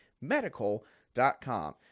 Medical.com